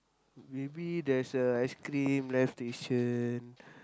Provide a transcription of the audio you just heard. maybe there's a ice-cream live station